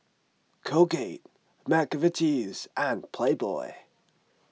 Colgate Mcvitie's and Playboy